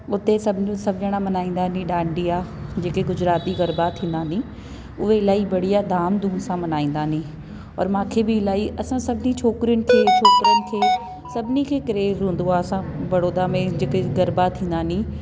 उते सम्झो सभु ॼणा मल्हाईंदा डांडिया जेके गुजराती गरबा थींदा आहिनि उहे इलाही बढ़िया धाम धूम सां मल्हाईंदा नी और मूंखे बि इलाही असां सभिनी छोकिरियुनि खे छोकिरनि खे सभिनी खे क्रेज़ हूंदो आहे असां बड़ौदा में जिते गरबा थींदा नी